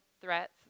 threats